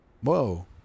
Whoa